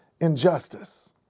injustice